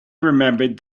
remembered